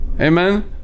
amen